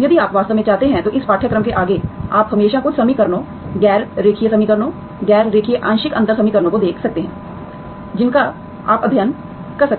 यदि आप वास्तव में चाहते हैं तो इस पाठ्यक्रम के आगे आप हमेशा कुछ समीकरणों गैर रेखीय समीकरणों गैर रेखीय आंशिक अंतर समीकरणों को देख सकते हैं जिनका आप अध्ययन कर सकते हैं